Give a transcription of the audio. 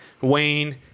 Wayne